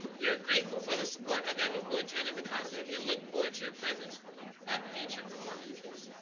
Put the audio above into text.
we are grateful for the support of everyone who attended the concert and look forward to your presence at future performances.